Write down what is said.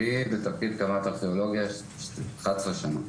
אני בתפקיד קמ"ט ארכיאולוגיה 11 שנים.